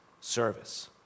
service